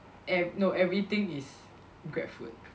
e~ no everything is GrabFood